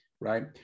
right